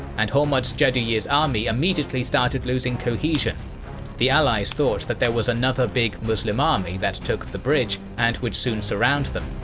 and hormozd jadhuyih's army immediately started losing cohesion the allies thought that there was another big muslim army that took the bridge, and would soon surround them.